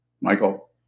Michael